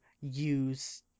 use